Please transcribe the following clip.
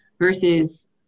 versus